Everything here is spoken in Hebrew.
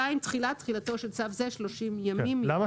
תחילתו שלצו זה 30 ימים מיום פרסומו.